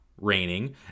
raining